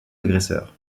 agresseur